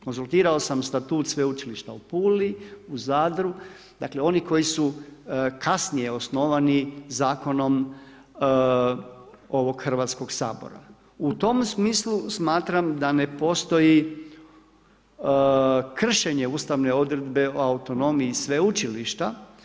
Konzultirao sam statut Sveučilišta u Puli, u Zadru dakle oni koji su kasnije osnovani zakonom ovog Hrvatskog sabora u tom smislu smatram da ne postoji kršenje ustavne odredbe o autonomiji sveučilišta.